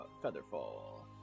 featherfall